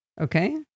Okay